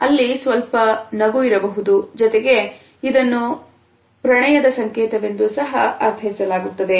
ಅಲ್ಲಿ ಸ್ವಲ್ಪ ನಗು ಇರಬಹುದು ಜೊತೆಗೆ ಇದನ್ನು ಪ್ರಣಯದಾ ಸಂಕೇತವೆಂದು ಸಹ ಅರ್ಥೈಸಲಾಗುತ್ತದೆ